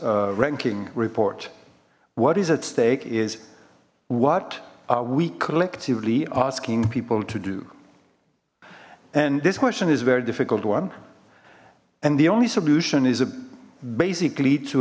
ranking report what is at stake is what are we collectively asking people to do and this question is very difficult one and the only solution is basically to